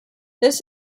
this